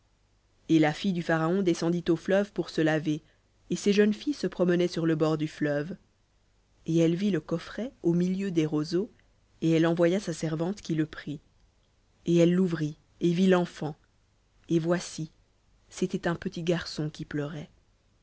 et la fille du pharaon descendit au fleuve pour se laver et ses jeunes filles se promenaient sur le bord du fleuve et elle vit le coffret au milieu des roseaux et elle envoya sa servante qui le prit et elle l'ouvrit et vit l'enfant et voici c'était un petit garçon qui pleurait